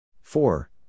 four